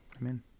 Amen